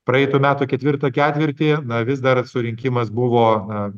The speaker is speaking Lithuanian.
praeitų metų ketvirtą ketvirtį na vis dar surinkimas buvo na